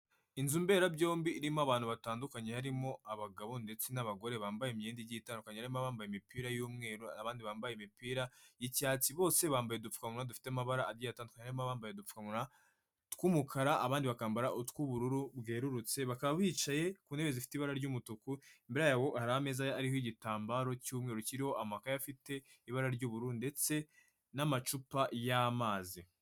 Inzu mberabyombi irimo abantu batandukanye, harimo abagabo ndetse n'abagore bambaye imyenda igiye itandukanye, harimo abambaye imipira y'umweru, abandi bambaye imipira y'icyatsi, bose bambaye udupfukamunwa dufite amabara agiye atandukanye, harimo abambaye udupfukamunwa tw'umukara, abandi bakambara utw'ubururu bwerurutse, bakaba bicaye ku ntebe zifite ibara ry'umutuku, imbere yabo hari ameza ariho igitambaro cy'umweru, kiriho amakaye afite ibara ry'uburu ndetse n'amacupa y'amazi.